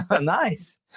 Nice